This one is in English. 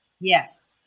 Yes